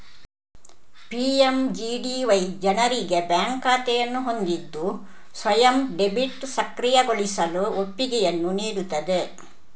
PMGDY ಜನರಿಗೆ bank ಖಾತೆಯನ್ನು ಹೊಂದಿದ್ದು ಸ್ವಯಂ ಡೆಬಿಟ್ ಸಕ್ರಿಯಗೊಳಿಸಲು ಒಪ್ಪಿಗೆಯನ್ನು ನೀಡುತ್ತದೆ